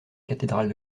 cathédrale